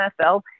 NFL